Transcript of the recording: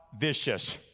vicious